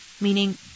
meaning